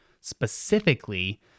specifically